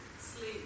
Sleep